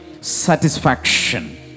satisfaction